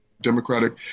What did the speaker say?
Democratic